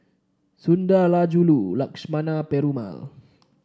Sundarajulu Lakshmana Perumal